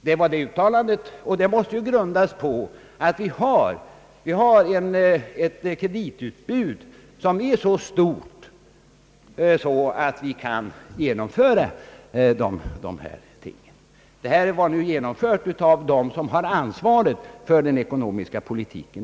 Det citerade uttalandet måste grundas på att vi har ett kreditutbud som är så stort, att vi har kunnat genomföra de uppräknade investeringarna, något som främjats genom dem som har ansvaret för den ekonomiska politiken.